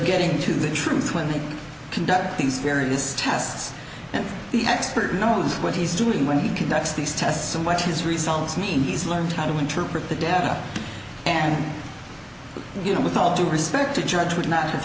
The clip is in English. getting to the truth when they conduct these various tests and the expert knows what he's doing when he conducts these tests and what his results mean he's learned how to interpret the data and you know with all due respect a judge would not